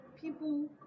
people